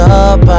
up